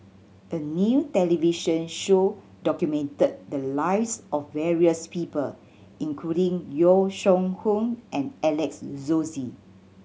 a new television show documented the lives of various people including Yong Shu Hoong and Alex Josey